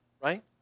Right